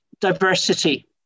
diversity